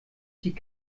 die